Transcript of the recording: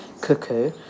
cuckoo